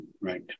right